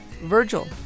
Virgil